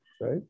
right